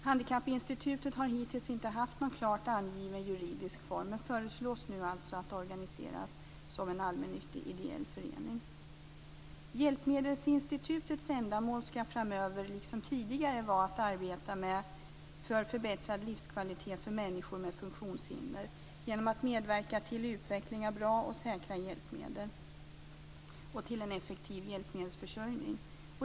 Handikappinstitutet har hittills inte haft någon klart angiven juridisk form men föreslås nu alltså att organiseras som en allmännyttig ideell förening. Hjälpmedelsinstitutets ändamål skall framöver, liksom tidigare, vara att arbeta för en förbättrad livskvalitet för människor med funktionshinder genom att medverka till utveckling av bra och säkra hjälpmedel och till en effektiv hjälpmedelsförsörjning.